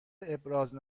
ابراز